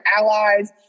allies